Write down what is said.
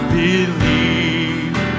believe